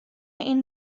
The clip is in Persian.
این